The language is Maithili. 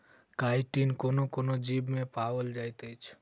काइटिन कोनो कोनो जीवमे पाओल जाइत अछि